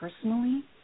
personally